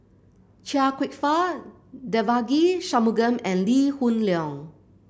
Chia Kwek Fah Devagi Sanmugam and Lee Hoon Leong